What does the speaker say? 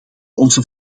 onze